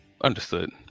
Understood